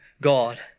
God